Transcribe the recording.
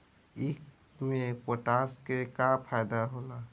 ईख मे पोटास के का फायदा होला?